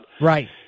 Right